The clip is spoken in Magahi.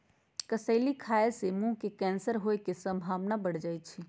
कसेली खाय से मुंह के कैंसर होय के संभावना बढ़ जाइ छइ